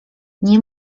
nie